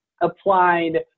applied